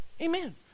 Amen